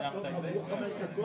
אני לא אומר שזה פותר להם את הבעיות.